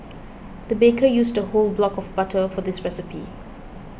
the baker used a whole block of butter for this recipe